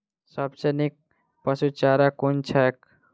सबसँ नीक पशुचारा कुन छैक?